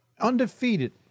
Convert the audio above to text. undefeated